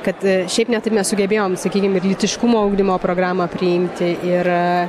kad šiaip ne taip mes sugebėjom sakykim ir lytiškumo ugdymo programą priimti ir